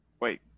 Wait